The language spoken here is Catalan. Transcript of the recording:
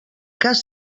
cas